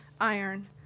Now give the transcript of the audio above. iron